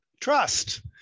trust